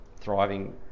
thriving